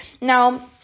Now